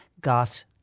got